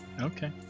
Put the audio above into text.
okay